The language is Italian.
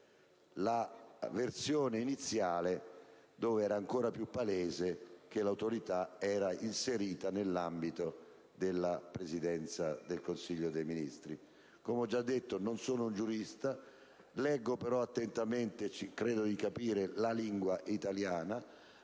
la versione iniziale, dove era ancora più palese che l'Autorità era inserita nell'ambito della Presidenza del Consiglio dei ministri. Come ho già detto, non sono un giurista: leggo però attentamente, e credo di capire la lingua italiana.